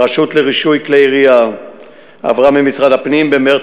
הרשות לרישוי כלי ירייה עברה ממשרד הפנים במרס